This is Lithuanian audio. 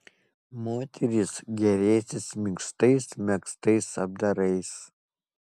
moterys gėrėsis minkštais megztais apdarais